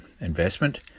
investment